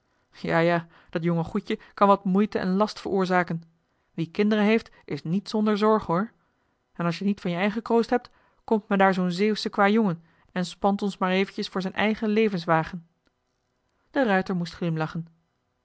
ja ja dat jonge goedje kan wat moeite en last veroorzaken wie kinderen heeft is niet zonder zorg hoor en als je t niet van je eigen kroost joh h been paddeltje de scheepsjongen van michiel de ruijter hebt komt me daar zoo'n zeeuwsche kwâjongen en spant ons maar eventjes voor zijn eigen levenswagen de ruijter moest glimlachen